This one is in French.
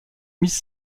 miss